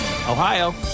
Ohio